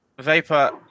Vapor